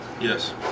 Yes